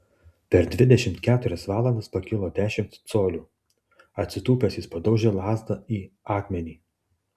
per dvidešimt keturias valandas pakilo dešimt colių atsitūpęs jis padaužė lazdą į akmenį